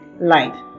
life